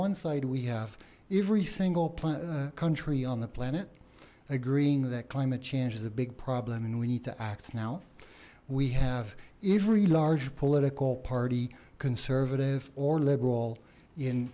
one side we have every single plant country on the planet agreeing that climate change is a big problem and we need to act now we have every large political party conservative or liberal in